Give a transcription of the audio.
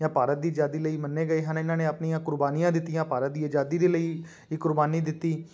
ਜਾਂ ਭਾਰਤ ਦੀ ਆਜ਼ਾਦੀ ਲਈ ਮੰਨੇ ਗਏ ਹਨ ਇਹਨਾਂ ਨੇ ਆਪਣੀਆਂ ਕੁਰਬਾਨੀਆਂ ਦਿੱਤੀਆਂ ਭਾਰਤ ਦੀ ਆਜ਼ਾਦੀ ਦੇ ਲਈ ਇਹ ਕੁਰਬਾਨੀ ਦਿੱਤੀ